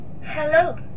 Hello